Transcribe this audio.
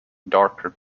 darker